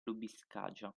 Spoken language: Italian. lubiskaja